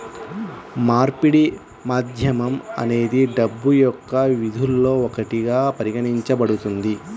మార్పిడి మాధ్యమం అనేది డబ్బు యొక్క విధుల్లో ఒకటిగా పరిగణించబడుతుంది